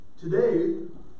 Today